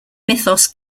mythos